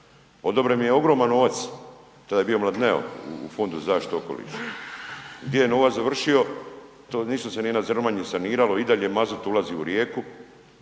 odobren im je ogroman novac, tad je bio Mladineo u fondu za zaštitu okoliša, gdje ne novac završio, to ništa se nije na Zrmanji saniralo i dalje mazut ulazi u rijeku